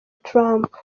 trump